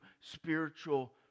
spiritual